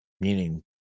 Meaning